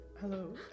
hello